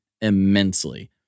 immensely